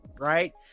right